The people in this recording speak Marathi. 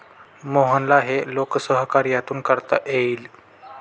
मोहनला हे लोकसहकार्यातून करता येईल